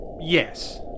Yes